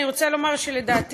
אני רוצה לומר שלדעתי,